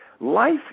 Life